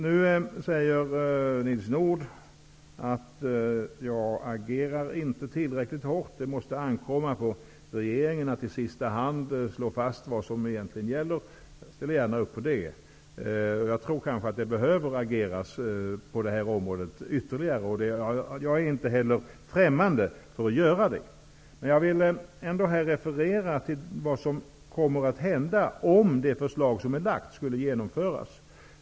Nu säger Nils Nordh att jag inte agerar tillräckligt hårt; det måste i sista hand ankomma på regeringen att slå fast vad som egentligen gäller. Jag ställer gärna upp på det. Jag tror kanske att det behöver ageras ytterligare på det här området, och jag är inte heller främmande för att göra det. Men jag vill ändå här referera vad som kommer att hända om det förslag som är framlagt skulle genomföras.